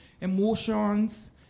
emotions